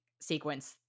sequence